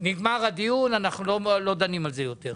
נגמר הדיון, אנחנו לא דנים על זה יותר.